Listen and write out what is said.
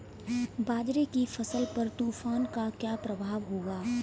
बाजरे की फसल पर तूफान का क्या प्रभाव होगा?